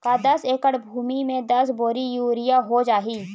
का दस एकड़ भुमि में दस बोरी यूरिया हो जाही?